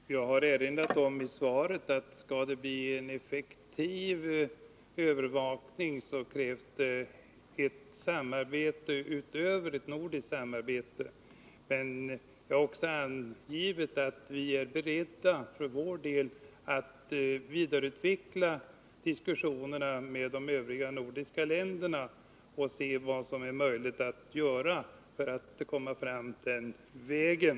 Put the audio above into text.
Fru talman! Jag har framhållit i svaret att om det skall kunna bli en effektiv övervakning, så krävs det ett samarbete utöver det nordiska. Jag har också angivit att vi för vår del är beredda att vidareutveckla diskussionerna med de övriga nordiska länderna och se vad som är möjligt att göra för att komma fram även den vägen.